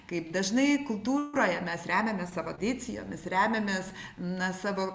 kaip dažnai kultūroje mes remiamės sadicijomis remiamės na savo